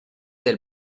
del